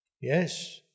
Yes